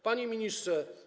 Panie Ministrze!